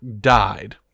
died